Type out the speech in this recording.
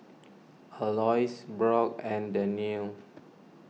Aloys Brock and Dannielle